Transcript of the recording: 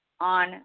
on